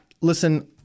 listen